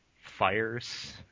fires